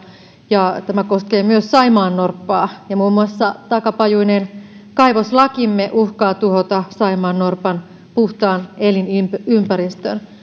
ja tämä koskee myös saimaannorppaa muun muassa takapajuinen kaivoslakimme uhkaa tuhota saimaannorpan puhtaan elinympäristön